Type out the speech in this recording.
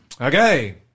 Okay